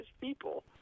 people